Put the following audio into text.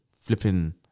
flipping